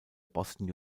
boston